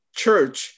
church